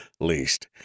least